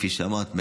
כפי שאמרת,